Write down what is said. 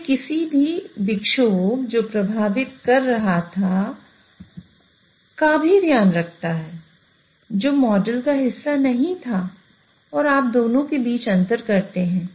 यह किसी भी विक्षोभ जो प्रभावित कर रहा था का भी ध्यान रखता है जो मॉडल का हिस्सा नहीं था और आप दोनों के बीच अंतर करते हैं